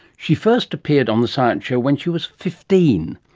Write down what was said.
she first appeared on the science show when she was fifteen.